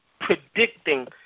predicting